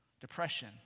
depression